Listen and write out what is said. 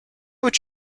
would